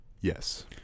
Yes